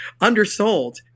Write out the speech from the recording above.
undersold